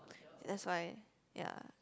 that's why ya